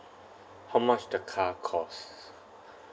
how much the car cost